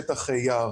שטח יער.